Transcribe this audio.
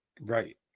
Right